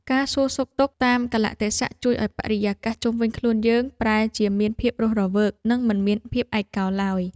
ការសួរសុខទុក្ខតាមកាលៈទេសៈជួយឱ្យបរិយាកាសជុំវិញខ្លួនយើងប្រែជាមានភាពរស់រវើក និងមិនមានភាពឯកោឡើយ។